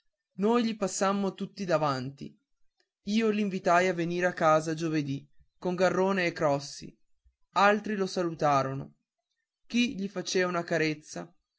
noi gli passammo tutti davanti io l'invitai a venir a casa giovedì con garrone e crossi altri lo salutarono chi gli faceva una carezza